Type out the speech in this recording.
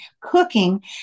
cooking